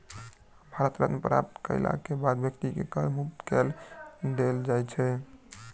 भारत रत्न प्राप्त करय के बाद व्यक्ति के कर मुक्त कय देल जाइ छै